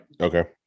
Okay